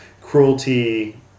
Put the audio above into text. cruelty